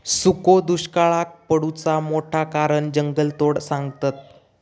सुखो दुष्काक पडुचा मोठा कारण जंगलतोड सांगतत